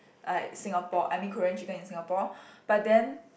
like Singapore I mean Korean chicken in Singapore but then